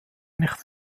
nicht